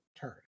turn